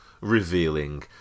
Revealing